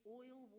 oil